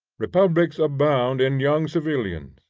republics abound in young civilians,